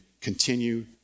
continue